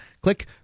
click